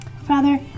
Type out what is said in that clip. Father